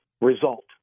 result